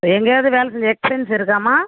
எங்கேயாவுது வேலை செஞ்ச எக்ஸ்பீரியன்ஸ் இருக்காம்மா